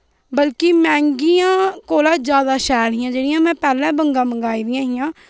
बल्की मंहगीयां कोला ज्यादा शैल हियां जेह्ड़िया में पैह्ला बंगा मंगाई दियां हा